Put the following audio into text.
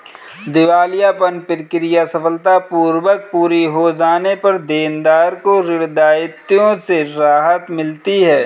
दिवालियापन प्रक्रिया सफलतापूर्वक पूरी हो जाने पर देनदार को ऋण दायित्वों से राहत मिलती है